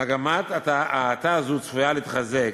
מגמת האטה זו צפויה להתחזק,